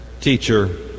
Teacher